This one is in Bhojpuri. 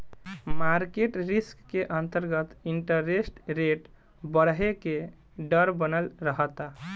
मारकेट रिस्क के अंतरगत इंटरेस्ट रेट बरहे के डर बनल रहता